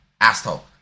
Asshole